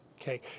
Okay